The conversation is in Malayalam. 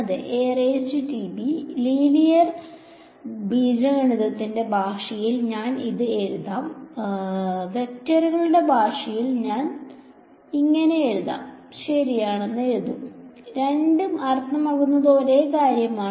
അതിനാൽ ലീനിയർ ബീജഗണിതത്തിന്റെ ഭാഷയിൽ ഞാൻ ഇത് എഴുതാം വെക്റ്ററുകളുടെ ഭാഷയിൽ ഞാൻ ഇത് ശരിയാണെന്ന് എഴുതും രണ്ടും അർത്ഥമാക്കുന്നത് ഒരേ കാര്യമാണ്